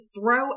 throw